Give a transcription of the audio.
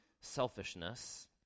selfishness